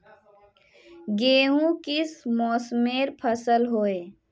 गेहूँ किस मौसमेर फसल होय?